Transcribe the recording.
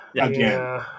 Again